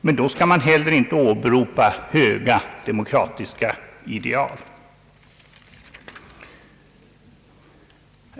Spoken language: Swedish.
Men då skall man heller inte åberopa höga demokratiska ideal.